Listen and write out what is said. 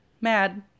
mad